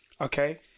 Okay